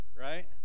Right